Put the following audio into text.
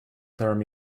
term